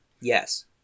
Yes